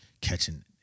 catching